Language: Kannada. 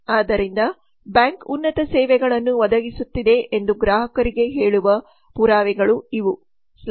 ಆದ್ದರಿಂದ ಬ್ಯಾಂಕ್ ಉನ್ನತ ಸೇವೆಗಳನ್ನು ಒದಗಿಸುತ್ತಿದೆ ಎಂದು ಗ್ರಾಹಕರಿಗೆ ಹೇಳುವ ಪುರಾವೆಗಳು ಇವು